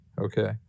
okay